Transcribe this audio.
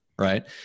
right